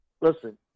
listen